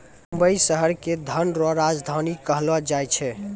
मुंबई शहर के धन रो राजधानी कहलो जाय छै